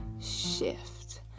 shift